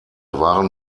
waren